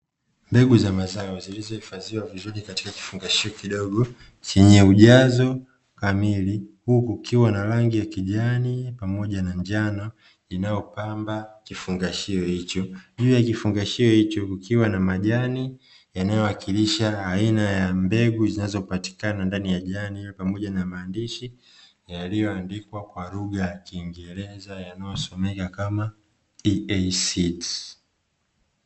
Mbegu za mazao zilizohifadhiwa vizuri katika kifungashio kidogo chenye ujazo kamili, huku kikiwa na rangi ya kijani pamoja na njano, inayopamba kifungashio hicho, juu ya kifungashio hicho kukiwa na majani yanayowakilisha aina ya mbegu zinazopatikana ndani ya jani hilo, pamoja na maandishi yaliyoandikwa kwa lugha ya kiingereza yanayosomeka kama EACTS.